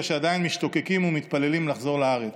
שעדיין משתוקקים ומתפללים לחזור לארץ.